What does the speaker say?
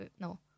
no